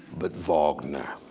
but wagner.